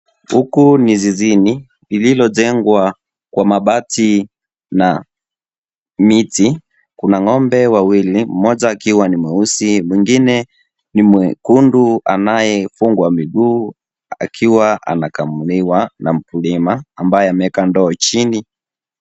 Huku ni zizini lililo jengwa kwa mabati na miti kuna ng'ombe wawili mmoja akiwa ni mweusi mwingine ni mwekundu anayefungwa miguu akiwa anakamuliwa na mkulima ambaye ameweka ndoo chini.